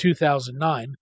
2009